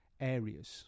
areas